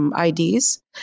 IDs